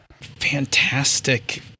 fantastic